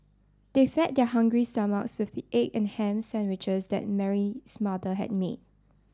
they fed their hungry stomachs with the egg and ham sandwiches that Mary's mother had made